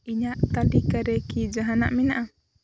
ᱤᱧᱟᱹᱜ ᱛᱟᱹᱞᱤᱠᱟᱨᱮ ᱠᱤ ᱡᱟᱦᱟᱱᱟᱜ ᱢᱮᱱᱟᱜᱼᱟ